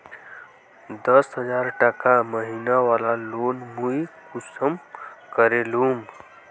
दस हजार टका महीना बला लोन मुई कुंसम करे लूम?